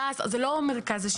זה לא מרכז השלטון המקומי.